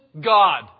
God